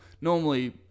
normally